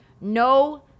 no